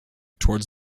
towards